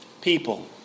people